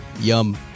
Yum